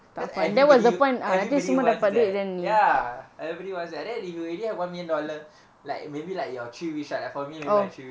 because everybody everybody wants that ya everyone's and then if you already have one million dollar like maybe like your three wish like that for me actually my three wish I know [what]